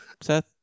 Seth